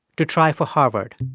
to try for harvard